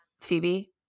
Phoebe